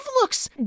looks